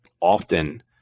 often